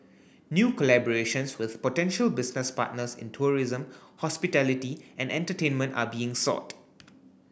new collaborations with potential business partners in tourism hospitality and entertainment are being sought